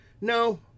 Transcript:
No